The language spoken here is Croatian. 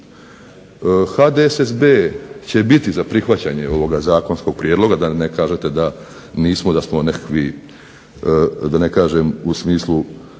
HDSSB će biti za prihvaćanje ovoga zakonskog prijedloga, da ne kažete da nismo, da smo nekakvi da ne kažem u smislu